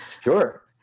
Sure